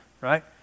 Right